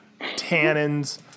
Tannins